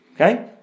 Okay